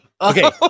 Okay